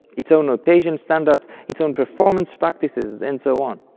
its own notation standards, its own performance practices, and so on.